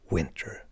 Winter